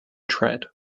tread